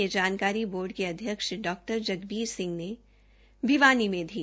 यह जानकारी बोर्ड के अध्यक्ष डॉ जगबीर सिंह ने भिवानी में दी